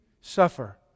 suffer